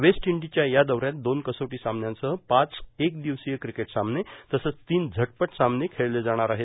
waste इंडीजच्या या दौऱ्यात दोन कसोटी सामन्यांसह पाच एक दिवसीय किक्रेट सामने तसंच तीन झटपट सामने खेळले जाणार आहेत